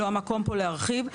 לא המקום פה להרחיב.